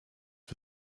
for